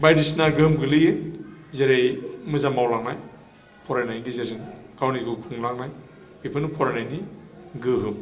बायदिसिना गोहोम गोलैयो जेरै मोजां मावलांनाय फरायनायनि गेजेरजों गावनि जिउखौ खुंलांनाय बेफोरनो फरायनायनि गोहोम